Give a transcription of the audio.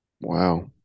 Wow